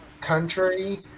country